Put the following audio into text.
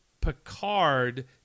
Picard